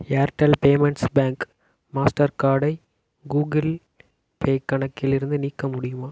Airtel payments bank master கார்டை Google Pay கணக்கில் இருந்து நீக்க முடியுமா